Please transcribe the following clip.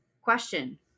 question